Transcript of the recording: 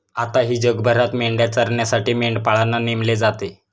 आताही जगभरात मेंढ्या चरण्यासाठी मेंढपाळांना नेमले जातात